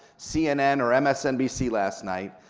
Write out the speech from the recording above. cnn, or msnbc last night.